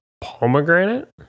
pomegranate